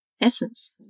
essence